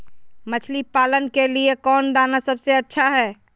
मछली पालन के लिए कौन दाना सबसे अच्छा है?